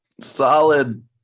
solid